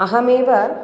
अहमेव